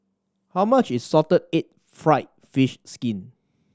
how much is salted egg fried fish skin